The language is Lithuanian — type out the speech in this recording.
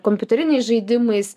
kompiuteriniais žaidimais